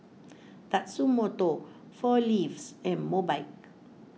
Tatsumoto four Leaves and Mobike